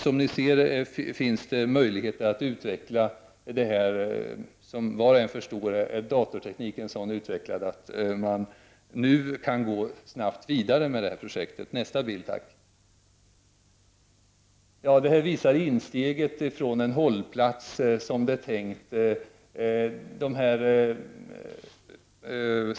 Som var och en förstår är datatekniken så utvecklad att man nu snabbt kan gå vidare med projektet. Nästa bild visar det tänkta insteget från en hållplats.